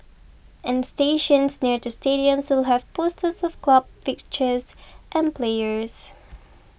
and stations near to stadiums will have posters of club fixtures and players